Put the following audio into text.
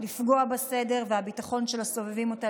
לפגוע בסדר והביטחון של הסובבים אותה,